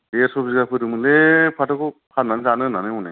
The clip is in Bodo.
देरस' बिघा फोदोंमोनलै फाथोखौ फाननानै जानो होननानै हनै